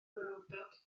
gwrywdod